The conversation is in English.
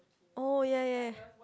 oh ya ya